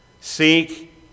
Seek